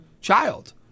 child